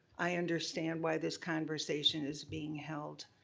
i understand why this conversation is being held.